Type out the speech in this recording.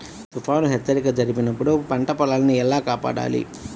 తుఫాను హెచ్చరిక జరిపినప్పుడు పంట పొలాన్ని ఎలా కాపాడాలి?